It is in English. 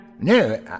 No